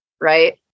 Right